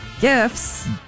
gifts